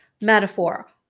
metaphor